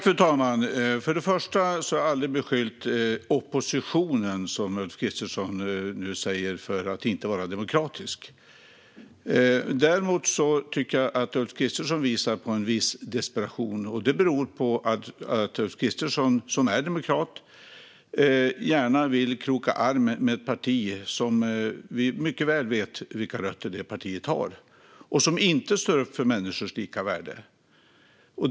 Fru talman! Först och främst har jag aldrig beskyllt oppositionen, som Ulf Kristersson nu säger, för att inte vara demokratisk. Däremot tycker jag att Ulf Kristersson visar på en viss desperation, och det beror på att Ulf Kristersson, som är demokrat, gärna vill kroka arm med ett parti vars rötter vi mycket väl känner till. Det är ett parti som inte står upp för människors lika värde.